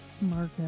Marco